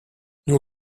nur